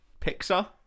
Pixar